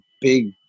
big